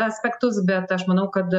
aspektus bet aš manau kad